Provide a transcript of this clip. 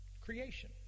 creation